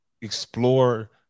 explore